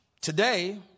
Today